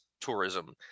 tourism